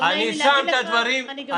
--- אני שם את הדברים --- אני אגיד לך,